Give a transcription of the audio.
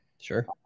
Sure